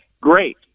Great